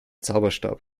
zauberstab